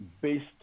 based